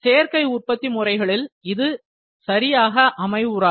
சேர்க்கை உற்பத்தி முறைகளில் இது சரியாக அமைவுராது